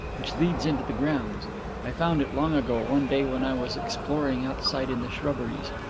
which leads into the grounds i found it long ago, one day when i was exploring outside in the shrubberies.